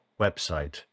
website